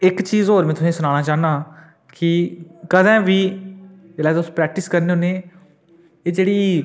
इक चीज होर में तुसें ई सनाना चाह्न्नां कि कदें बी जेल्लै तुस प्रैक्टिस करने होन्ने एह् जेह्ड़ी